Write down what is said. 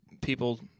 people